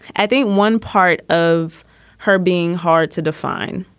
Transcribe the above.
i think one part of her being hard to define.